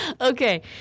Okay